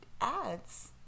ads